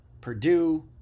Purdue